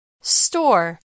Store